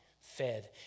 fed